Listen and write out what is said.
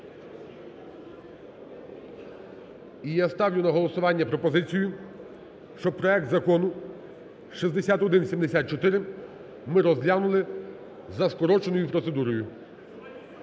І я сталю на голосування пропозицію, щоб проект закону 6174 ми розглянули за скороченою процедурою.